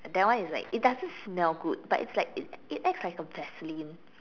that one is like it doesn't smell good but it's like it it acts like a Vaseline